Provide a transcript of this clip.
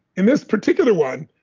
in this particular one,